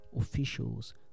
officials